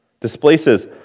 Displaces